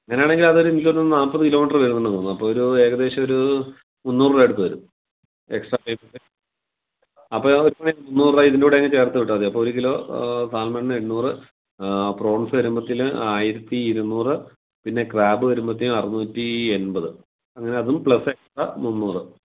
അങ്ങനെയാണെങ്കിൽ അത് എനിക്ക് തോന്നുന്നു നാൽപ്പത് കിലോമീറ്റർ വരുന്നുണ്ടെന്ന് തോന്നുന്നു അപ്പോൾ ഒരു ഏകദേശം ഒരു മുന്നൂറ് രൂപ അടുത്ത് വരും എക്സ്ട്രാ പേമെൻ്റാ അപ്പം മുന്നൂറ് രൂപ ഇതിൻ്റെ കൂടെ അങ്ങ് ചേർത്ത് വിട്ടാൽ മതി അപ്പോൾ ഒരു കിലോ സാൽമൺ എണ്ണൂറ് പ്രോൺസ് വരുമ്പോക്കിൽ ആയിരത്തി ഇരുനൂറ് പിന്നെ ക്രാബ് വരുമ്പോത് അറുന്നൂറ്റി എൺപത് അങ്ങനെ അതും പ്ലസ് എക്സ്ട്രാ മുന്നൂറ്